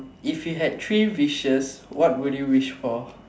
if you had three wishes what would you wish for